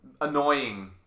annoying